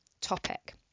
topic